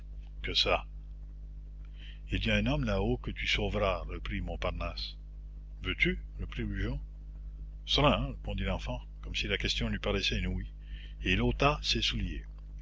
que ça il y a un homme là-haut que tu sauveras reprit montparnasse veux-tu reprit brujon serin répondit l'enfant comme si la question lui paraissait inouïe et il ôta ses souliers